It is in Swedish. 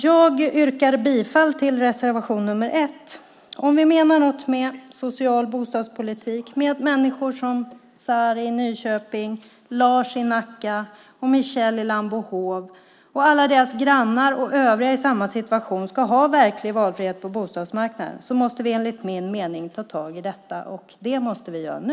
Jag yrkar bifall till reservation nr 1. Om vi menar något med social bostadspolitik, med att människor som Sari i Nyköping, Lars i Nacka, Michel i Lambohov och alla deras grannar och övriga i samma situation ska ha verklig valfrihet på bostadsmarknaden, måste vi enligt min mening ta tag i detta, och det måste vi göra nu.